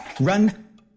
run